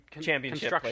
Championship